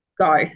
go